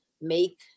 make